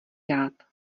rád